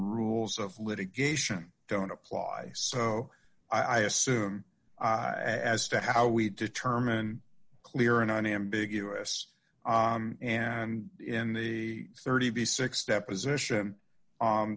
rules of litigation don't apply so i assume as to how we determine clear and unambiguous and in the thirty six deposition